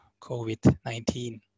COVID-19